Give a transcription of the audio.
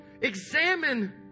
Examine